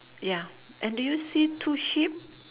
ya and do you see two sheep